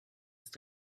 ist